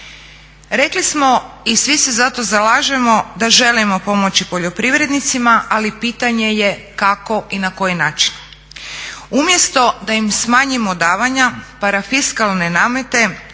Rekli smo i svi se za to zalažemo da želimo pomoći poljoprivrednicima, ali pitanje je kako i na koji način. Umjesto da im smanjimo davanja, parafiskalne namete,